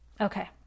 Okay